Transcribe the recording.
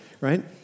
right